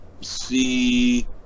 see